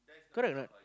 correct or not